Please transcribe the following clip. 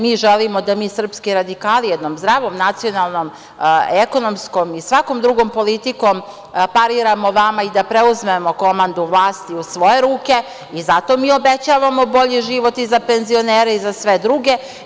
Mi želimo da mi srpski radikali jednom zdravom nacionalnom, ekonomskom i svakom drugom politikom pariramo vama i da preuzmemo komandu vlasti u svoje ruke i zato mi obećavamo bolji život i za penzionere i za sve druge.